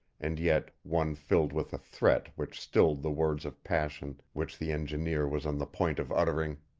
and yet one filled with a threat which stilled the words of passion which the engineer was on the point of uttering.